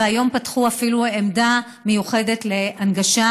והיום פתחו אפילו עמדה מיוחדת להנגשה.